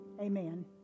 Amen